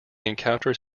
encounters